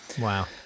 Wow